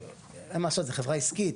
אין מה לעשות, זה חברה עסקית.